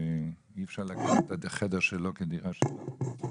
אי אפשר להגדיר את החדר שלו כדירה שלו.